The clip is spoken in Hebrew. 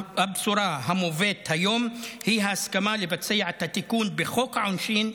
הבשורה המובאת היום היא ההסכמה לבצע את התיקון בחוק העונשין,